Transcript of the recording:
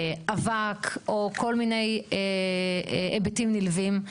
אבק או כל מיני היבטים נלווים.